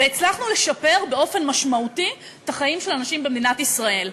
והצלחנו לשפר באופן משמעותי את החיים של אנשים במדינת ישראל,